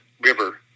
river